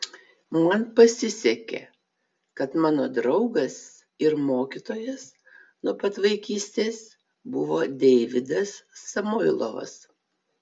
man pasisekė kad mano draugas ir mokytojas nuo pat vaikystės buvo deividas samoilovas